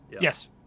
Yes